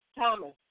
Thomas